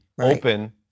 open